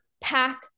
pack